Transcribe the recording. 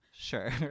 Sure